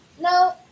No